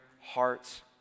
hearts